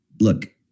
look